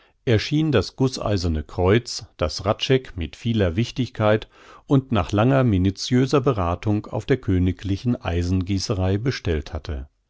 erschien das gußeiserne kreuz das hradscheck mit vieler wichtigkeit und nach langer und minutiöser berathung auf der königlichen eisengießerei bestellt hatte